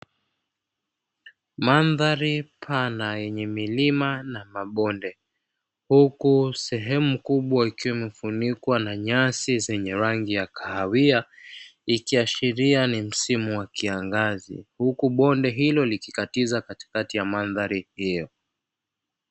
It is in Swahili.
Mandhari pana yenye milima na mabonde huku sehemu kubwa ikiwa imefunikwa na nyasi zenye rangi ya kahawia ikiashiria ni msimu wa kiangazi huku bonde hilo likikatiza katikati ya mandhari hiyo.